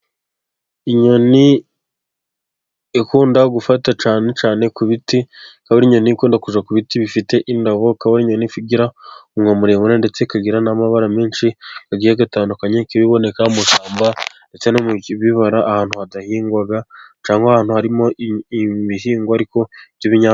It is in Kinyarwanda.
Inyoni ikunda gufata cyane cyane ku biti, kandi inyoni ikunda kujya ku biti bifite indabo, ikaba ari inyoni igira umunwa muremure, ndetse ikagira n'amabara menshi agiye atandukanye ikaba iboneka mu ishyamba ndetse no mu bibara, ahantu hadahingwa cyangwa ahantu harimo ibihingwa ariko by'ibinya.....